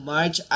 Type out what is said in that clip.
March